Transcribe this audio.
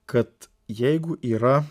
kad jeigu yra